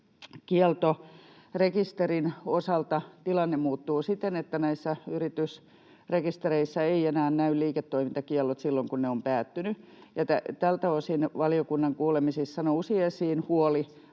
liiketoimintakieltorekisterin osalta tilanne muuttuu siten, että näissä yritysrekistereissä ei enää näy liiketoimintakiellot silloin, kun ne ovat päättyneet, ja tältä osin valiokunnan kuulemisissa nousi esiin huoli